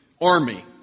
army